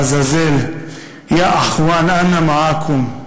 לעזאזל, יא אחוואן, אנא מעכום (בערבית: